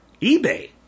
eBay